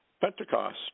Pentecost